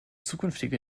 zukünftige